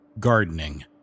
GARDENING